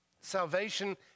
salvation